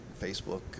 Facebook